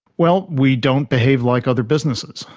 well, we don't behave like other businesses.